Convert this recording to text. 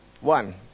One